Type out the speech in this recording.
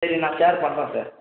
சரி நான் ஷேர் பண்ணுறன் சார்